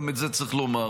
גם את זה צריך לומר.